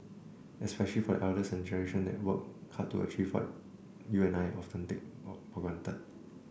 especially for the elders and the generation that worked hard to achieve what you and I often take for granted